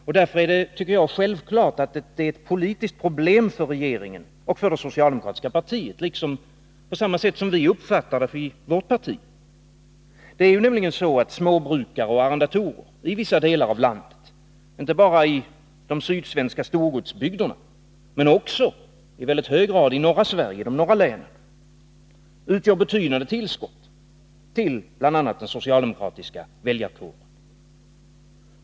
Det är därför självklart ett politiskt problem för regeringen och för det socialdemokratiska partiet, på samma sätt som vi uppfattar det för vårt parti. Detta är nämligen så att småbrukare och arrendatorer i vissa delar av landet — och inte bara i de sydsvenska storbruksbygderna utan också i mycket hög grad i norra Sverige och i de norra länen — utgör ett betydande tillskott till bl.a. den socialdemokratiska väljarkåren.